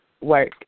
work